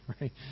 right